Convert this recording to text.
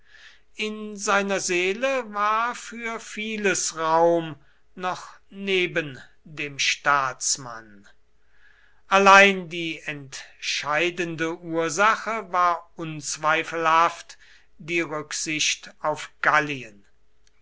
in seiner seele war für vieles raum noch neben dem staatsmann allein die entscheidende ursache war unzweifelhaft die rücksicht auf gallien